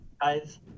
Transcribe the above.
Guys